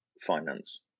finance